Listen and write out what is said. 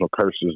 curses